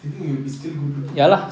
you think you will be still good looking